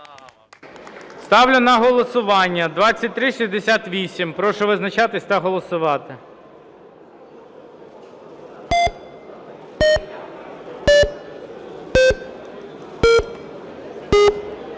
Ставлю на голосування 2368. Прошу визначатися та голосувати.